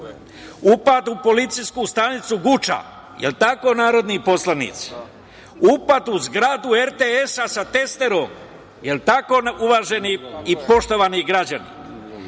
Upad u policijsku stanicu Guča, jel tako uvaženi narodni poslanici? Upad u zgradu RTS-a sa testerom, jel tako uvaženi i poštovani građani?